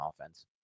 offense